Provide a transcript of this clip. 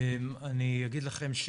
אני אגיד לכם,